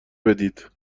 بدید